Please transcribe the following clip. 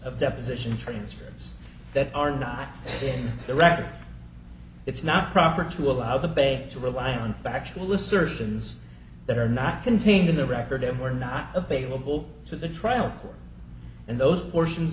of deposition transference that are not in the record it's not proper to allow the bay to rely on factual assertions that are not contained in the record there were not available to the trial and those portions